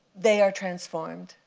they are transformed.